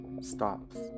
stops